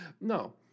no